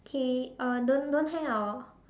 okay uh don't don't hang up orh